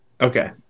okay